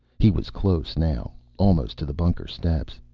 he was close, now. almost to the bunker steps.